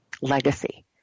legacy